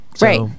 right